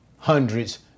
hundreds